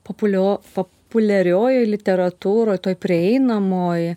populio populiariojoj literatūroj toj prieinamoj